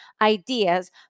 ideas